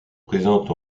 présente